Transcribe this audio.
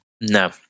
No